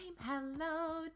Hello